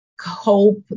hope